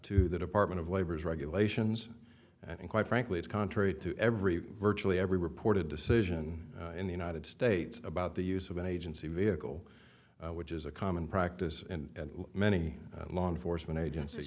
to the department of labor's regulations and quite frankly it's contrary to every virtually every reported decision in the united states about the use of an agency vehicle which is a common practice in many law enforcement agencies